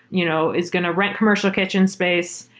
you know is going to rent commercial kitchen space,